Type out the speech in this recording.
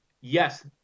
Yes